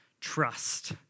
trust